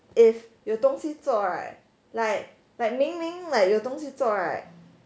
if 你有东西做 right like like 明明 like 有东西做 right